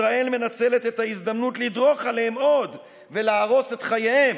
ישראל מנצלת את ההזדמנות לדרוך עליהם עוד ולהרוס את חייהם.